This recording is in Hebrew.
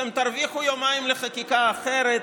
אתם תרוויחו יומיים לחקיקה אחרת.